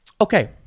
Okay